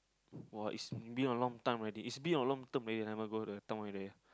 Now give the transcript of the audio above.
!wow! it's been a long time already it's been a long term already never go there don't I there